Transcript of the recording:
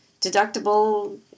deductible